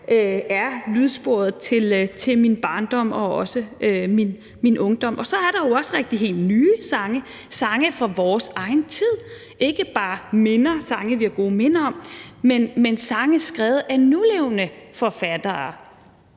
er lydsporet til min barndom og min ungdom. Og så er der jo også rigtigt helt nye sange, sange fra vores egen tid, ikke bare sange, vi har gode minder om, men sange skrevet af nulevende forfattere.